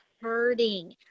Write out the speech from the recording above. hurting